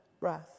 breath